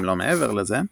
אם לא מעבר לזה,